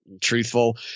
truthful